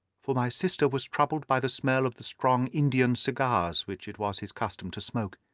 for my sister was troubled by the smell of the strong indian cigars which it was his custom to smoke.